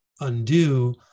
undo